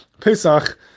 Pesach